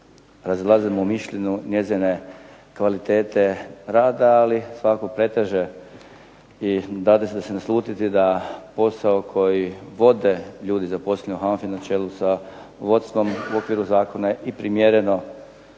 razilazimo u mišljenju njezine kvalitete rada, ali svako preteže i dade se naslutiti da posao koji vode ljudi zaposleni u HANFA-i na čelu sa vodstvom u okviru zakona je i primjereno